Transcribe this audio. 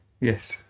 Yes